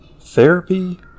therapy